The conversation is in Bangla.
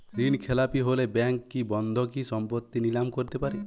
ঋণখেলাপি হলে ব্যাঙ্ক কি বন্ধকি সম্পত্তি নিলাম করতে পারে?